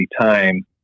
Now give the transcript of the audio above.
time